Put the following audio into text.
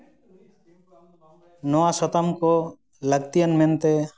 ᱱᱚᱣᱟ ᱥᱟᱛᱟᱢ ᱠᱚ ᱞᱟᱹᱠᱛᱤᱭᱟᱱ ᱢᱮᱱᱛᱮ